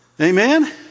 Amen